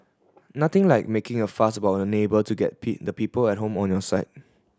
nothing like making a fuss about a neighbour to get the people at home on your side